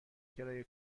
کرایه